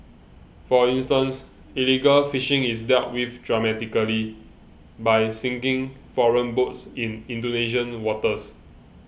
for instance illegal fishing is dealt with dramatically by sinking foreign boats in Indonesian waters